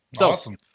Awesome